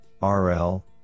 RL